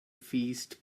feast